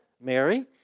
Mary